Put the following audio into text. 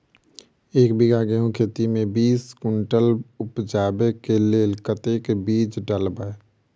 एक बीघा गेंहूँ खेती मे बीस कुनटल उपजाबै केँ लेल कतेक बीज डालबै?